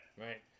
Right